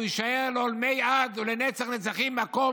הוא יישאר לעולמי עד ולנצח-נצחים מקום